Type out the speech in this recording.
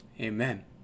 Amen